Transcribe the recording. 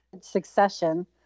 succession